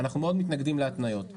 אנחנו מאוד מתנגדים להתניות.